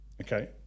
okay